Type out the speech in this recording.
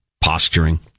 posturing